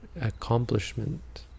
accomplishment